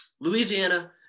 Louisiana